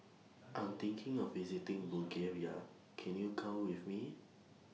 I'm thinking of visiting Bulgaria Can YOU Go with Me